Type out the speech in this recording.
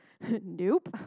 Nope